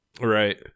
Right